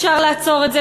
אפשר לעצור את זה,